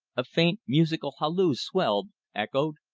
a faint, musical halloo swelled, echoed,